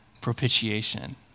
propitiation